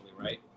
right